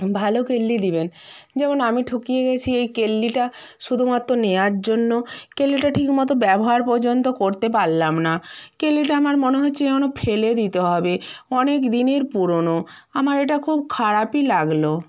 ভালো কেটলি দিবেন যেমন আমি ঠকে গেছি এই কেটলিটা শুধুমাত্র নেওয়ার জন্য কেটলিটা ঠিক মতো ব্যবহার পর্যন্ত করতে পারলাম না কেটলিটা আমার মনে হচ্ছে যেন ফেলে দিতে হবে অনেক দিনের পুরোনো আমার এটা খুব খারাপই লাগলো